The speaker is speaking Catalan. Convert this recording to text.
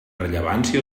rellevància